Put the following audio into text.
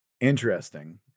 Interesting